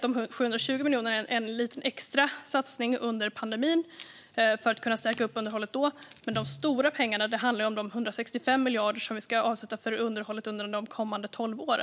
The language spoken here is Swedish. De 720 miljonerna är dessutom en extra satsning under pandemin för att kunna stärka upp underhållet. Sammantaget ska ju 165 miljarder avsättas för underhåll under de kommande tolv åren.